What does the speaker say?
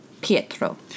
Pietro